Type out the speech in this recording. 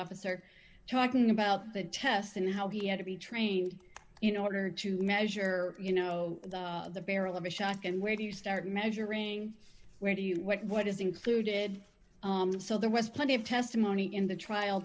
officer talking about the test and how he had to be trained you know order to measure you know the barrel of a shock and where do you start measuring where do you what what is included so there was plenty of testimony in the trial